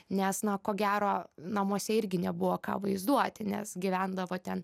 nes na ko gero namuose irgi nebuvo ką vaizduoti nes gyvendavo ten